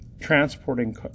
transporting